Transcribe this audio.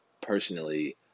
personally